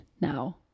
now